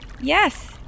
Yes